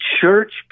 church